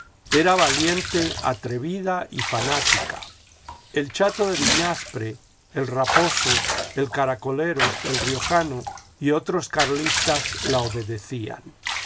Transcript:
era valiente atrevida y fanática el chato de viñaspre el raposo el caracolero el riojano y otros carlistas la obedecían